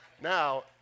Now